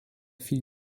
viel